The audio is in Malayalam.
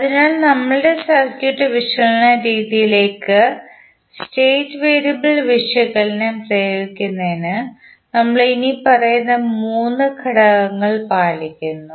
അതിനാൽ നമ്മുടെ സർക്യൂട്ട് വിശകലന രീതിയിലേക്ക് സ്റ്റേറ്റ് വേരിയബിൾ വിശകലനം പ്രയോഗിക്കുന്നതിന് നമ്മൾ ഇനിപ്പറയുന്ന മൂന്ന് ഘട്ടങ്ങൾ പാലിക്കുന്നു